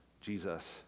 Jesus